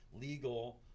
legal